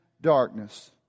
darkness